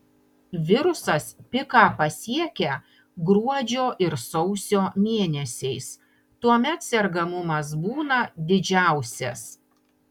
virusas piką pasiekią gruodžio ir sausio mėnesiais tuomet sergamumas būna didžiausias